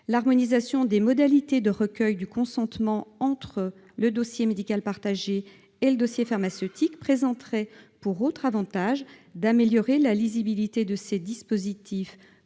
L'harmonisation des modalités de recueil du consentement entre le dossier médical partagé et le dossier pharmaceutique présenterait pour autre avantage d'améliorer la lisibilité de ces dispositifs